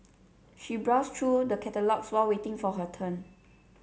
she browsed through the catalogues while waiting for her turn